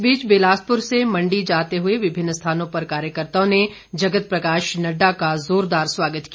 इस बीच बिलासपुर से मंडी जाते हुए विभिन्न स्थानों पर कार्यकर्त्ताओं ने जगत प्रकाश नड्डा का जोरदार स्वागत किया